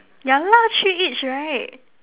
yeah lah three each right